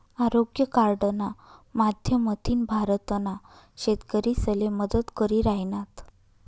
आरोग्य कार्डना माध्यमथीन भारतना शेतकरीसले मदत करी राहिनात